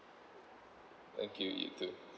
thank you you too